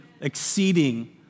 exceeding